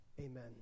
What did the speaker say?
amen